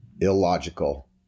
Illogical